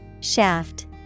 Shaft